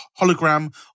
hologram